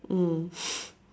mm